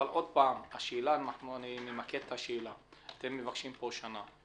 אבל שוב, אמקד את השאלה אתם מבקשים פה שנה.